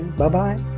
bye-bye